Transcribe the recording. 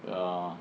um